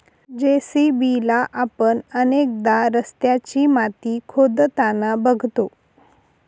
JCB ला आपण अनेकदा रस्त्याची माती खोदताना बघतो